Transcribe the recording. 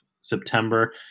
September